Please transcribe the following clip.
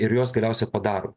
ir juos galiausiai padaro